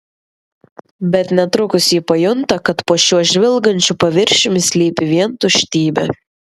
bet netrukus ji pajunta kad po šiuo žvilgančiu paviršiumi slypi vien tuštybė